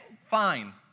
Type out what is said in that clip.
fine